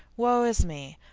woe is me,